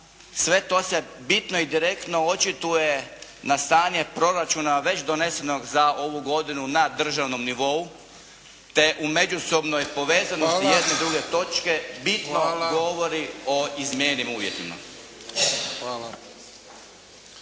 sve to se bitno i direktno očituje na stanje proračuna već donesenog za ovu godinu na državnom nivou te u međusobnoj povezanosti jedne i druge točke bitno govori o izmijenjenim uvjetima.